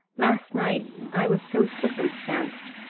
last night i was so circumstanced,